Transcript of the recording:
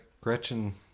Gretchen